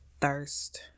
thirst